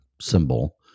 symbol